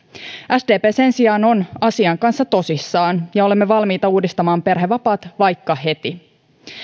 sdp sen sijaan on asian kanssa tosissaan ja olemme valmiita uudistamaan perhevapaat vaikka heti